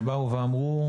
שאמרה: